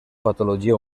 patologia